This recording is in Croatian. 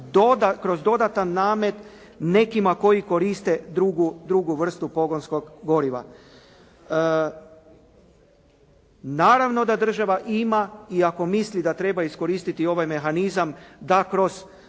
kroz dodatan namet nekima koji koriste drugu vrstu pogonskog goriva. Naravno da država ima i ako misli da treba iskoristiti ovaj mehanizam da kroz